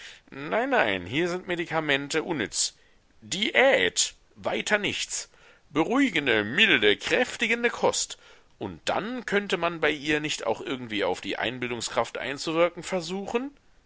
nein nein hier sind medikamente unnütz diät weiter nichts beruhigende milde kräftigende kost und dann könnte man bei ihr nicht auch irgendwie auf die einbildungskraft einzuwirken versuchen